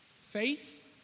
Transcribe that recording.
faith